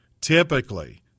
typically